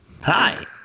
Hi